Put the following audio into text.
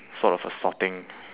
sort of a sorting